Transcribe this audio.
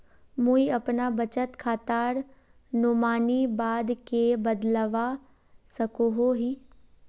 मुई अपना बचत खातार नोमानी बाद के बदलवा सकोहो ही?